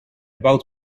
bouwt